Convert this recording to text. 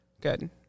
Good